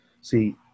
see